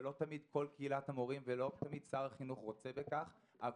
ולא תמיד שר החינוך רוצה בכך או קהילת המורים,